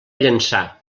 llançà